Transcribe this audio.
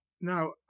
Now